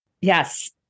Yes